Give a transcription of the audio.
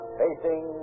facing